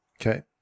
Okay